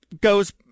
goes